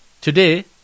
Today